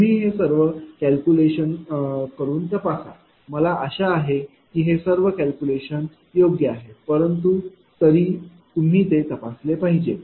तुम्ही हे सर्व कैलकुलेशन तपासा मला आशा आहे की हे सर्व कैलकुलेशन योग्य आहे परंतु तरी तुम्ही ते तपासले पाहिजे